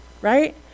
right